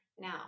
now